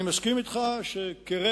אני מסכים אתך שכרבע,